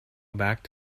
back